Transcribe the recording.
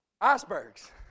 icebergs